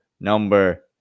number